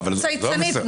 קשקשנים.